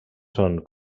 són